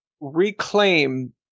reclaim